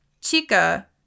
Chica